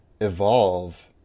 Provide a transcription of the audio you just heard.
evolve